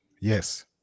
Yes